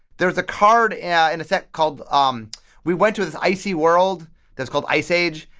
there's a card yeah in a set called, um we went to this icy world that's called ice age.